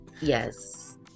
Yes